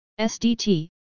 SDT